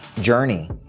journey